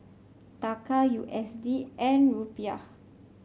Taka U S D and Rupiah